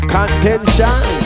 Contention